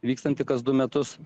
vykstanti kas du metus